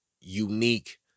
unique